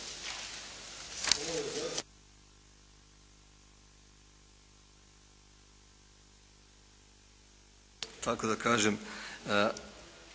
kako da kažem